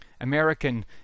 American